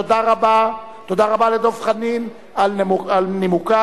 תודה רבה לדב חנין על נימוקיו.